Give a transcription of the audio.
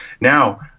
Now